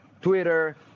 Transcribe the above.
Twitter